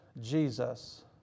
Jesus